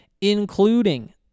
including